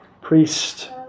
priest